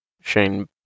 Shane